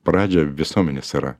pradžia visuomenės yra